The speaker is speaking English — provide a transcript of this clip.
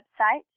website